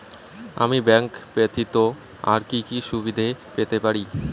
আমি ব্যাংক ব্যথিত আর কি কি সুবিধে পেতে পারি?